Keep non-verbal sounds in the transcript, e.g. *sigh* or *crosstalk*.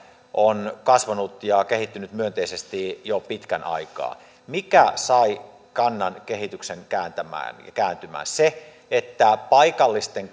on kasvanut ja kehittynyt myönteisesti jo pitkän aikaa mikä sai kannan kehityksen kääntymään kääntymään se että paikallisten *unintelligible*